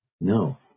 no